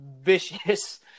vicious